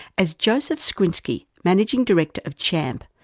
as joseph skrzynski, managing director of champ,